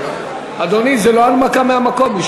אדוני, זאת לא הנמקה מהמקום.